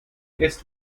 jetzt